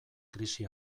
krisi